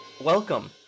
Welcome